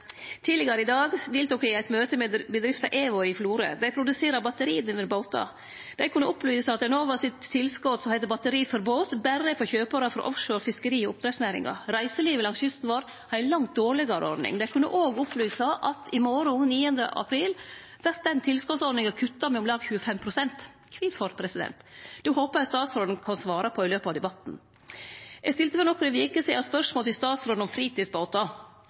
Tidlegare i dag deltok eg i eit møte med bedrifta Evoy i Florø. Dei produserer batteridrivne båtar. Dei kunne opplyse om at Enovas tilskot som heiter «Batteri for fartøy», berre er for kjøparar frå offshore-, fiskeri- og oppdrettsnæringa. Reiselivet langs kysten vår har ei langt dårlegare ordning. Dei kunne òg opplyse om at i morgon, den 9. april, vert den tilskotsordninga kutta med om lag 25 pst. Kvifor? Det håpar eg statsråden kan svare på i løpet av debatten. Eg stilte for nokre veker sidan spørsmål til statsråden om fritidsbåtar.